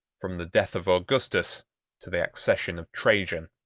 from the death of augustus to the accession of trajan.